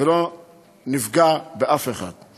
ולא נפגע באף אחד.